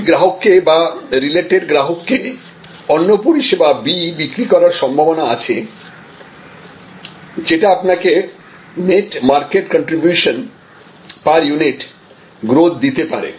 ওই গ্রাহককে বা রেলাটেড গ্রাহককে অন্য পরিষেবা B বিক্রি করার সম্ভাবনা আছে যেটা আপনাকে net market contribution per unit growth দিতে পারে